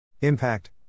impact